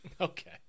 Okay